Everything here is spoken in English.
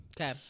Okay